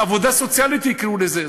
עבודה סוציאלית תקראו לזה,